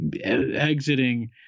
exiting